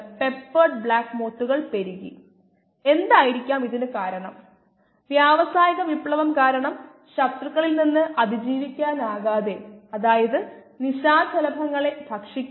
ഇപ്പോൾ ഉയർന്നുവരുന്ന പ്രോബ്ലം പരിഹരിക്കുന്നതിനെക്കുറിച്ച്നമുക്ക് നോക്കാം